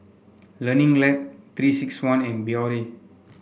Learning Lab Three six one and Biore